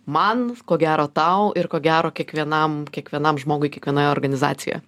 man ko gero tau ir ko gero kiekvienam kiekvienam žmogui kiekvienoje organizacijoje